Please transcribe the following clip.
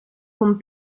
con